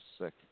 sick